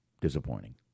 Disappointing